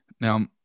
Now